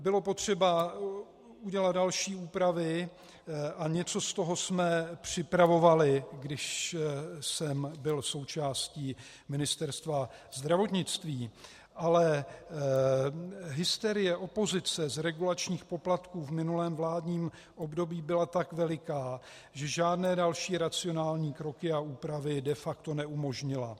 Bylo potřeba udělat další úpravy a něco z toho jsme připravovali, když jsem byl součástí Ministerstva zdravotnictví, ale hysterie opozice z regulačních poplatků v minulém vládním období byla tak veliká, že žádné další racionální kroky a úpravy de facto neumožnila.